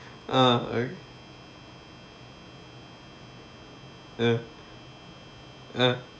uh uh uh